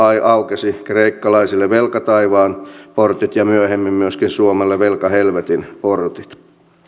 aukesivat kreikkalaisille velkataivaan portit ja myöhemmin myöskin suomelle velkahelvetin portit